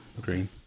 Green